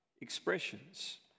expressions